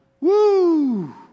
Woo